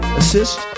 assist